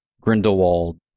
Grindelwald